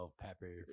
pepper